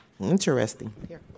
Interesting